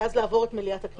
ואז לעבור את מליאת הכנסת.